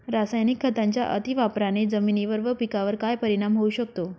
रासायनिक खतांच्या अतिवापराने जमिनीवर व पिकावर काय परिणाम होऊ शकतो?